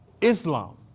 Islam